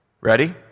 Ready